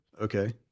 Okay